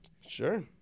Sure